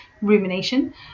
rumination